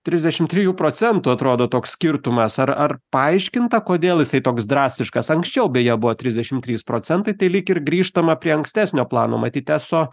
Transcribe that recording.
trisdešimt trijų procentų atrodo toks skirtumas ar ar paaiškinta kodėl jisai toks drastiškas anksčiau beje buvo trisdešimt trys procentai tai lyg ir grįžtama prie ankstesnio plano matyt eso